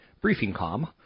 Briefing.com